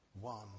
one